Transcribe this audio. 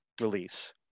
release